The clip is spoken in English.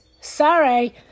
Sorry